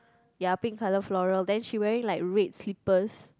ya pink colour floral then she wearing like red slippers